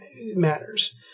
matters